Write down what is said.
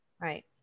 Right